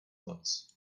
moc